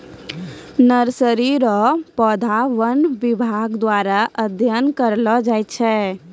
nursery रो पौधा वन विभाग द्वारा अध्ययन करलो जाय छै